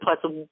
plus